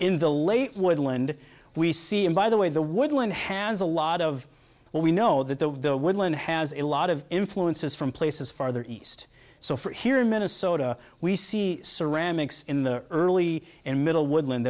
in the late woodland we see and by the way the woodland has a lot of what we know that the woodland has a lot of influences from places farther east so for here in minnesota we see ceramics in the early and middle woodland